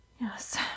Yes